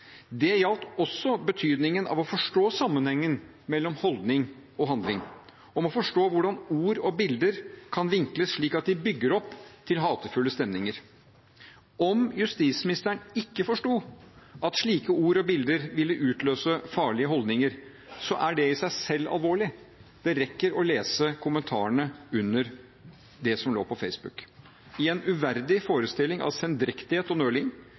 Det gjaldt også betydningen av å forstå sammenhengen mellom holdning og handling, om å forstå hvordan ord og bilder kan vinkles slik at de bygger opp til hatefulle stemninger. Om justisministeren ikke forsto at slike ord og bilder ville utløse farlige holdninger, er det i seg selv alvorlig – det rekker å lese kommentarene under det som lå på Facebook. I en uverdig forestilling av sendrektighet og